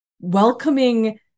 welcoming